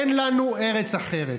אין לנו ארץ אחרת.